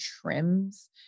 trims